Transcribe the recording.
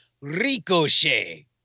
Ricochet